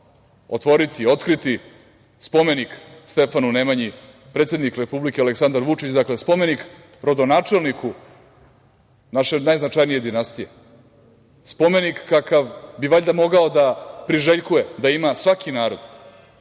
otvoriti, otkriti spomenik Stefanu Nemanji, predsednik Republike Aleksandar Vučić. Dakle, spomenik rodonačelniku naše najznačajnije dinastije. Spomenik kakav bi mogao da priželjkuje svaki narod,